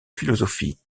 philosophie